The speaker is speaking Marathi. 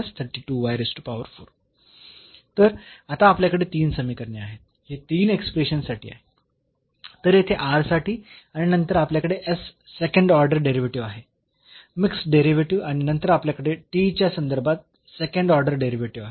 तर आता आपल्याकडे तीन समीकरणे आहेत हे तीन एक्सप्रेशन्स साठी आहे तर येथे साठी आणि नंतर आपल्याकडे सेकंड ऑर्डर डेरिव्हेटिव्ह आहे मिक्स्ड डेरिव्हेटिव्ह आणि नंतर आपल्याकडे च्या संदर्भात सेकंड ऑर्डर डेरिव्हेटिव्ह आहे